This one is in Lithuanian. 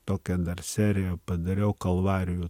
tokią dar seriją padariau kalvarijų